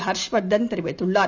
ஹர்ஷ் வர்தன் தெரிவித்துள்ளார்